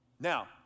Now